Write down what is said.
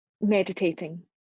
Meditating